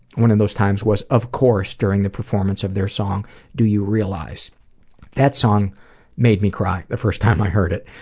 one of those times was, of course, during the performance of their song do you realize that song made me cry the first time i heard it.